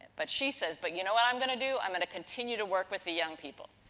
but, she says but you know what i'm going to do? i'm going to continue to work with the young people.